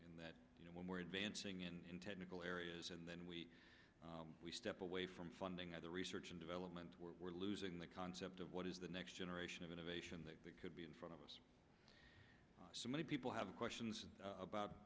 and that you know when we're advancing in technical areas and then we we step away from funding of the research and development where we're losing the concept of what is the next generation of innovation that could be in front of us so many people have questions about